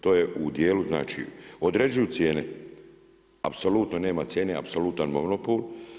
To je u dijelu znači određuju cijene, apsolutno nema cijene, apsolutan monopol.